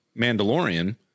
Mandalorian